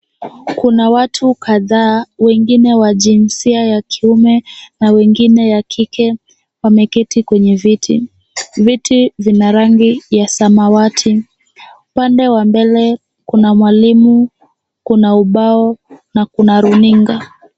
Kuna watu kadhaa, wengine wa jinsia ya kiume na wengine ya kike wameketi kwenye viti. Viti vina rangi ya samawati. Upande wa mbele kuna mwalimu, kuna ubao na kuna runinga.